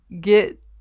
get